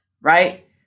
right